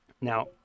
now